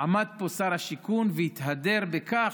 עמד פה שר השיכון והתהדר בכך,